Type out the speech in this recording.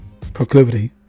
proclivity